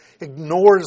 ignores